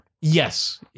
yes